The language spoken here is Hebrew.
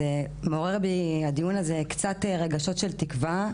זה מעורר בי הדיון הזה קצת רגשות של תקווה,